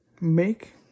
make